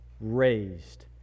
raised